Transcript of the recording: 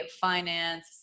finance